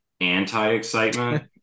anti-excitement